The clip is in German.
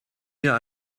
mir